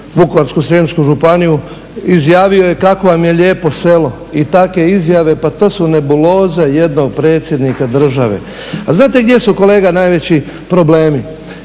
Vukovarsko-srijemsku županiju izjavio je kako vam je lijepo selo i take izjave. Pa to su nebuloze jednog predsjednika države. A znate gdje su kolega najveći problemi?